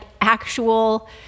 actual